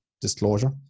disclosure